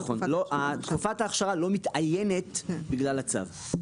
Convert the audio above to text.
נכון, תקופת האכשרה לא מתאיינת בגלל הצו.